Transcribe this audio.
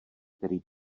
který